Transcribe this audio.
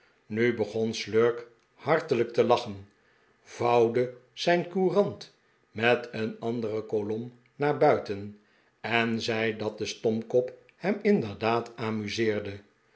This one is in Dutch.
nu begon slurk hartelijk te lachen vouwde zijn courant met een andere kolom naar buiten en zei dat de stomkop hem inderdaad amuseerde